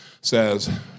says